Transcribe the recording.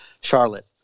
Charlotte